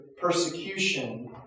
persecution